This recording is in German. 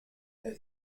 der